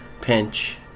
pinch